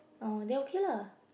oh then okay lah